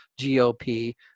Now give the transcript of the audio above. GOP